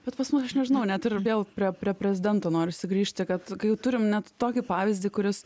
bet pas mus aš nežinau net ir vėl prie prie prezidento noris sugrįžti kad jau turim net tokį pavyzdį kuris